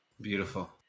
Beautiful